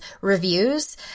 reviews